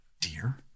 dear